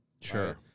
Sure